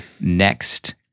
next